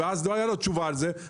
ולא הייתה לו תשובה על זה.